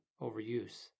overuse